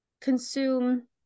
consume